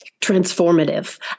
transformative